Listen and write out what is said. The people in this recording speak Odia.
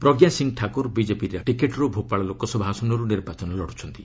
ପ୍ରଜ୍ଞା ସିଂ ଠାକୁର ବିଜେପି ଟିକେଟ୍ରୁ ଭୋପାଳ ଲୋକସଭା ଆସନରୁ ନିର୍ବାଚନ ଲଢୁଛନ୍ତି